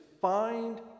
find